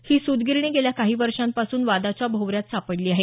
ही सुतगिरणी गेल्या काही वर्षापासून वादाच्या भोवऱ्यात सापडली आहे